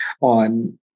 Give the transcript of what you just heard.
on